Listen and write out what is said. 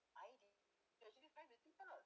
idea it actually very difficult